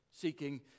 seeking